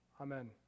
Amen